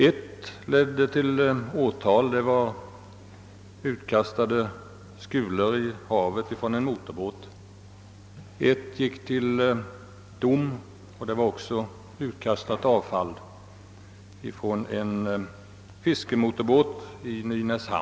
Ett ärende ledde till åtal — det gällde skulor som kastats i havet från en motorbåt —, ett ärende gick till dom — det gällde avfall som kastats ut från ett fiskemotorfartyg i Nynäshamn.